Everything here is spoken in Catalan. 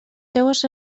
seues